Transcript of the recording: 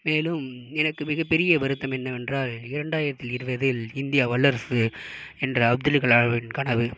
மேலும் எனக்கு மிக பெரிய வருத்தம் என்னவென்றால் இரண்டாயிரத்து இருபதில் இந்தியா வல்லரசு என்ற அப்துல் கலாமின் கனவு